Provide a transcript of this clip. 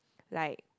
like